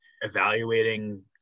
evaluating